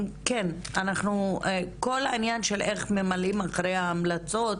כל העניין של איך ממלאים אחרי ההמלצות